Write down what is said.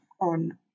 on